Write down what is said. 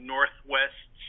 Northwest